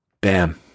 Bam